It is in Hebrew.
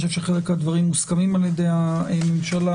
חלק מהדברים מוסכמים על-ידי הממשלה,